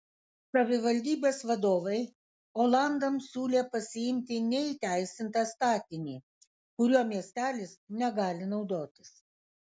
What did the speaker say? savivaldybės vadovai olandams siūlė pasiimti neįteisintą statinį kuriuo miestelis negali naudotis